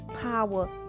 power